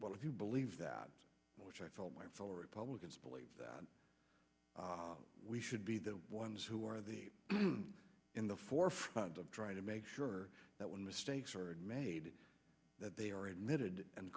well if you believe that which i told my fellow republicans believe that we should be the ones who are the in the forefront of trying to make sure that when mistakes are made that they are admitted and